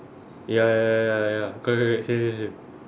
ya ya ya ya ya correct correct same same same